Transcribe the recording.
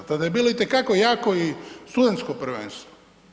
Tada je bilo itekako jako i studentsko prvenstvo.